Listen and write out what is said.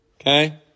Okay